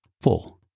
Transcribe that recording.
Four